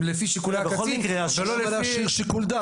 זה יהיה לפי שיקולי הקצין.